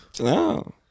No